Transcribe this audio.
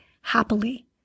happily